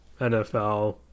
NFL